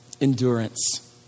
Endurance